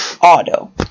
auto